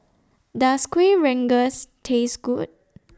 Does Kueh Rengas Taste Good